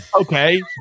Okay